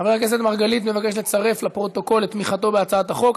חבר הכנסת מרגלית מבקש לצרף לפרוטוקול את תמיכתו בהצעת החוק.